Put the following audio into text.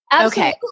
Okay